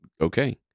Okay